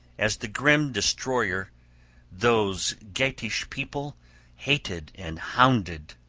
as the grim destroyer those geatish people hated and hounded.